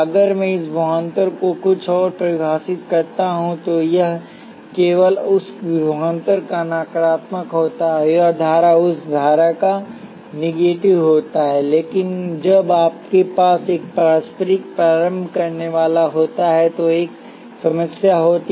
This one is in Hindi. अगर मैं इसविभवांतरको कुछ और परिभाषित करता हूं तो यह केवल उसविभवांतरका नकारात्मक होता है और यह धारा उस धारा का नेगेटिव होता है लेकिन जब आपके पास एक पारस्परिक प्रारंभ करनेवाला होता है तो एक समस्या होती है